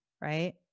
right